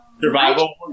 survival